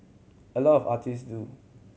a lot of artist do